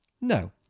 No